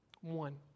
One